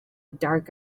dark